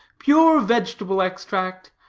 pure vegetable extract.